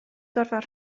gorfod